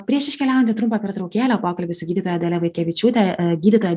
prieš iškeliaujant į trumpą pertraukėlę pokalbį su gydytoja dalia vaitkevičiūte gydytoja